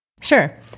Sure